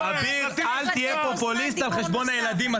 אביר, אל תהיה פופוליסט על חשבון הילדים.